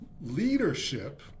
leadership